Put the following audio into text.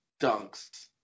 dunks